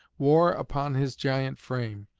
wore upon his giant frame,